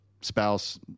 spouse –